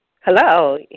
Hello